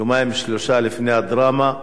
יומיים-שלושה לפני הדרמה,